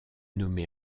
nommée